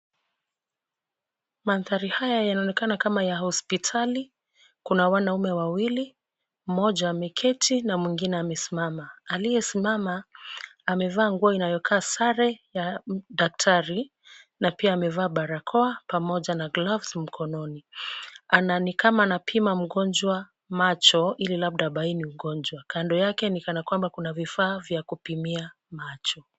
Mandhari haya yanaonekana kama ya hospitali. Kuna wanaume wawili, mmoja ameketi na mwengine amesimama. Aliyesimama amevaa nguo inayokaa sare ya daktari, na pia amevaa barakoa, pamoja na glavu mikononi, na ni kama anapima mgonjwa macho ili labda abaini ugonjwa. Kando yake ni kana kwamba kuna vifaa vya kupimia macho.